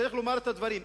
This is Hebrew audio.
וצריך לומר את הדברים.